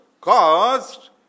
caused